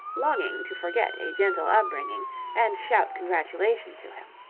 longing to forget a gentle upbringing and shout congratulation to him.